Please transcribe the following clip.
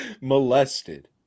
Molested